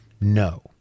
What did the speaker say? No